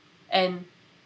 and